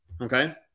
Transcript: Okay